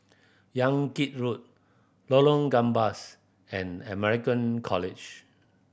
Yan Kit Road Lorong Gambas and American College